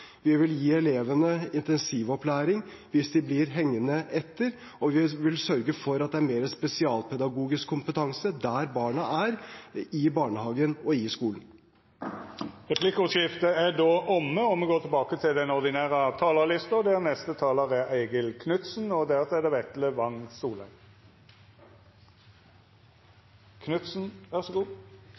Vi vil gi elevene intensivopplæring hvis de blir hengende etter, og vi vil sørge for at det er mer spesialpedagogisk kompetanse der barna er, i barnehagen og i skolen. Replikkordskiftet er omme. I Norge er det små økonomiske forskjeller mellom folk. Det gjør oss i stand til å skape flere verdier og